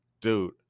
dude